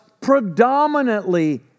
predominantly